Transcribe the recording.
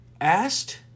asked